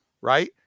Right